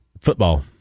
Football